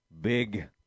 big